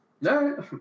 No